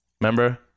Remember